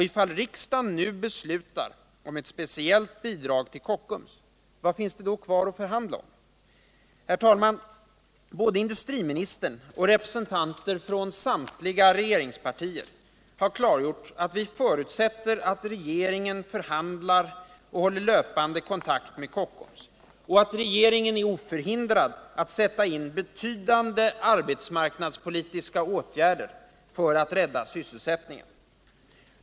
Ifall riksdagen nu beslutar om ett speciellt bidrag till Kockums — vad finns det då att förhandla om? Herr talman! Både industriministern och representanter från samtliga regeringspartier har klargjort att vi förutsätter att regeringen förhandlar och håller löpande kontakt med Kockums och att regeringen är oförhindrad att sätta in betydande arbetsmarknadspolitiska åtgärder för att rädda sysselsättningen.